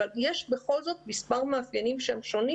אבל יש בכל זאת מספר מאפיינים שהם שונים